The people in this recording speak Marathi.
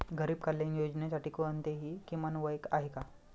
गरीब कल्याण योजनेसाठी कोणतेही किमान वय आहे का?